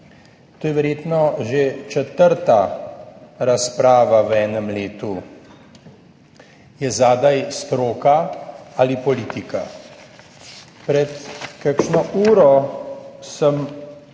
to je verjetno že četrta razprava v enem letu. Je zadaj stroka ali politika? Pred kakšno uro sem